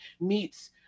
meets